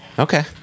Okay